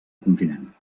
continent